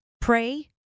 pray